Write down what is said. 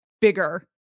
bigger